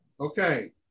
Okay